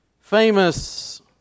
famous